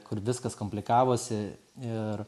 kur viskas komplikavosi ir